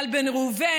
איל בן ראובן,